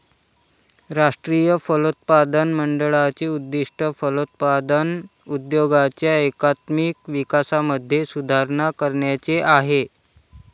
राष्ट्रीय फलोत्पादन मंडळाचे उद्दिष्ट फलोत्पादन उद्योगाच्या एकात्मिक विकासामध्ये सुधारणा करण्याचे आहे